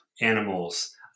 Animals